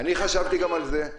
חשבתי גם על זה.